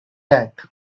that